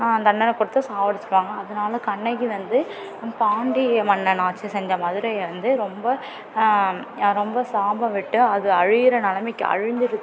தண்டனை கொடுத்து சாகடிச்சிடுவாங்க அதனாலே கண்ணகி வந்து பாண்டிய மன்னன் ஆட்சி செஞ்ச மதுரையை வந்து ரொம்ப ரொம்ப சாபம் விட்டு அது அழியுற நிலமைக்கு அழிஞ்சுது